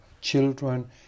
children